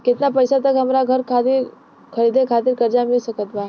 केतना पईसा तक हमरा घर खरीदे खातिर कर्जा मिल सकत बा?